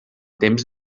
temps